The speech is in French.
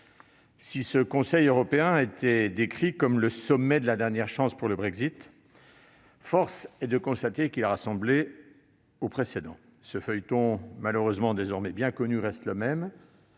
Si ce Conseil européen était décrit comme le sommet de la dernière chance pour le Brexit, force est de constater qu'il a ressemblé aux précédents. Ce feuilleton, malheureusement désormais bien connu, reste inchangé